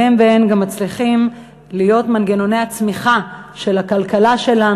והם והן גם מצליחים להיות מנגנוני הצמיחה של הכלכלה שלנו.